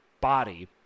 body